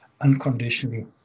unconditionally